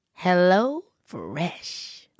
HelloFresh